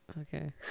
okay